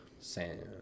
Sand